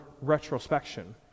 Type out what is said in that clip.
retrospection